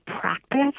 practice